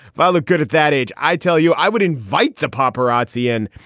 but i look good at that age. i tell you, i would invite the paparazzi and.